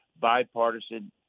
bipartisan